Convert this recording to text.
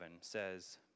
says